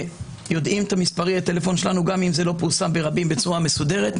יודעים את מספרי הטלפון שלנו גם אם זה לא פורסם ברבים בצורה מסודרת,